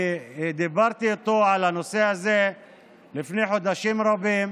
אני דיברתי איתו על הנושא הזה לפני חודשים רבים,